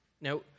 Now